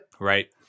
Right